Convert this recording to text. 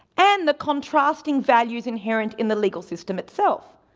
and the contrasting values inherent in the legal system itself.